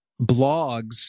blogs